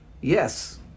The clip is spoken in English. Yes